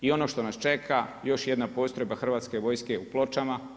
I ono što nas čeka još jedna postrojba Hrvatske vojske u Pločama.